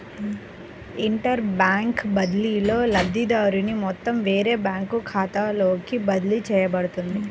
inter bank బదిలీలో, లబ్ధిదారుని మొత్తం వేరే బ్యాంకు ఖాతాలోకి బదిలీ చేయబడుతుంది